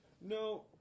no